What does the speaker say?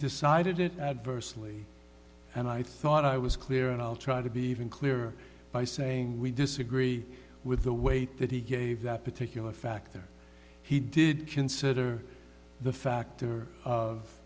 decided it adversely and i thought i was clear and i'll try to be even clearer by saying we disagree with the weight that he gave that particular factor he did consider the factor of